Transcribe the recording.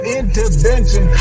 intervention